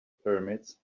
pyramids